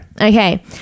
okay